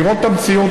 לראות את המציאות,